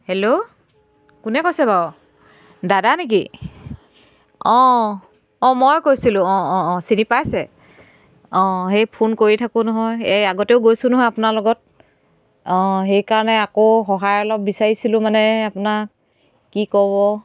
hello কোনে কৈছে বাৰু দাদা নেকি অঁ অঁ মই কৈছিলো অঁ অঁ চিনি পাইছে অঁ সেই ফোন কৰি থাকো নহয় আগতেও গৈছো নহয় আপোনাৰ লগত অঁ সেই কাৰণে আকৌ সহায় অলপ বিচাৰিছিলো মানে আপোনাক কি ক'ব